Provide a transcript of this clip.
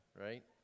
right